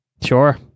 Sure